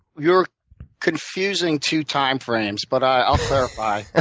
you're confusing two timeframes, but i'll clarify. ah